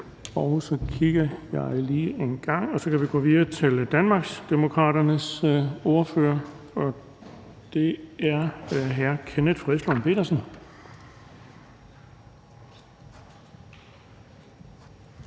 nogen korte bemærkninger. Så kan vi gå videre til Danmarksdemokraternes ordfører, og det er hr. Kenneth Fredslund Petersen.